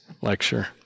lecture